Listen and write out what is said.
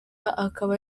akaba